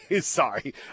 sorry